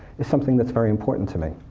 is something that's very important to me.